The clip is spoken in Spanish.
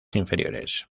inferiores